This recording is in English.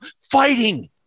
fighting